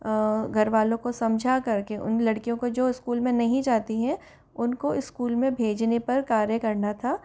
घरवालों को समझा कर के उन लड़कियों को जो स्कूल में नहीं जाती हैं उनको स्कूल में भेजने पर कार्य करना था